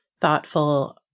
thoughtful